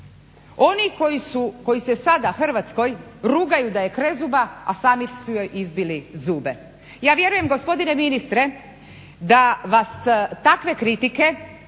Oni koji se sada Hrvatskoj rugaju da je krezuba, a sami su joj izbili zube. Ja vjerujem gospodine ministre da vas takve kritike